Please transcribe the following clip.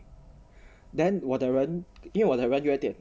then 我的人因为我的人有一点